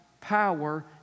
power